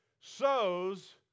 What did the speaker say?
sows